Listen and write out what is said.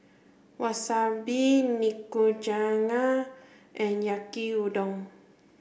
Wasabi Nikujaga and Yaki Udon